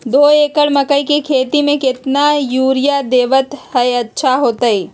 दो एकड़ मकई के खेती म केतना यूरिया देब त अच्छा होतई?